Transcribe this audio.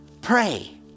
Pray